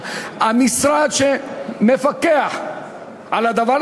המשרד שמפקח על הדבר,